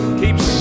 keeps